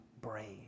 brave